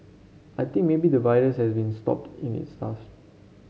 I think maybe the virus has been stopped in its tracks